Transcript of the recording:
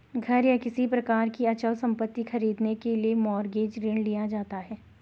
घर या किसी प्रकार की अचल संपत्ति खरीदने के लिए मॉरगेज ऋण लिया जाता है